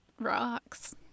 rocks